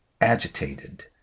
agitated